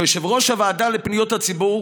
כיושב-ראש הוועדה לפניות הציבור